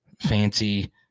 fancy